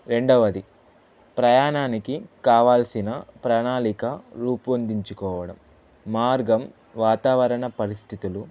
రెండవది ప్రయాణానికి కావాల్సిన ప్రణాళిక రూపొందించుకోవడం మార్గం వాతావరణ పరిస్థితులు